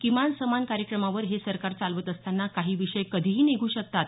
किमान समान कार्यक्रमावर हे सरकार चालवत असताना काही विषय कधीही निघू शकतात